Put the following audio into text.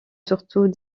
surtout